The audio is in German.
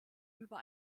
über